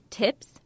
tips